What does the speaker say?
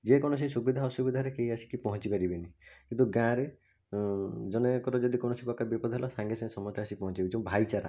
ଯେକୌଣସି ସୁବିଧା ଅସୁବିଧାରେ କେହି ଆସିକି ପହଞ୍ଚି ପାରିବେନି କିନ୍ତୁ ଗାଁ'ରେ ଜଣେକର ଯଦି କୌଣସି ପ୍ରକାର ବିପଦ ହେଲା ସାଙ୍ଗେସାଙ୍ଗେ ସମସ୍ତେ ଆସିକି ପହଞ୍ଚିଯାଉଛୁ ଭାଇଚାରା